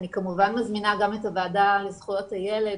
אני כמובן מזמינה גם את הוועדה לזכויות הילד